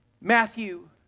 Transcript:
Matthew